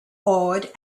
awed